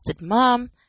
mom